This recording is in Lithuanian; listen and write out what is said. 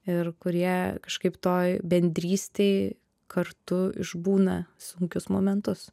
ir kurie kažkaip toj bendrystėj kartu išbūna sunkius momentus